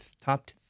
top